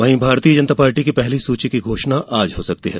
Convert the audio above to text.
वहीं भारतीय जनता पार्टी की पहली सूची की घोषणा आज हो सकती है